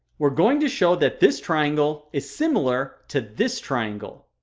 we're going to show that this triangle is similar to this triangle